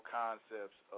concepts